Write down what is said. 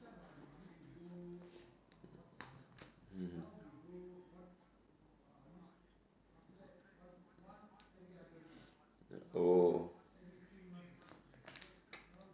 mmhmm oh